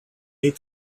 ate